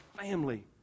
family